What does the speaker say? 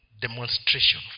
demonstration